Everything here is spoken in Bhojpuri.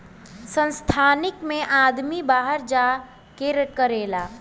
संस्थानिक मे आदमी बाहर जा के करेला